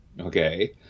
Okay